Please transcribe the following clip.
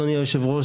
אדוני היושב-ראש,